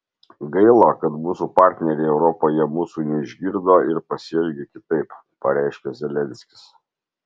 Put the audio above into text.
gaila kad mūsų partneriai europoje mūsų neišgirdo ir pasielgė kitaip pareiškė zelenskis